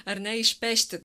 ar ne išpešti